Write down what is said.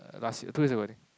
uh last year two years ago I think